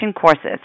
courses